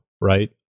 right